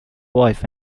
wife